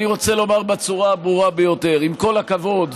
אני רוצה לומר בצורה הברורה ביותר: עם כל הכבוד,